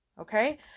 Okay